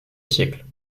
siècles